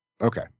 Okay